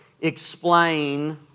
explain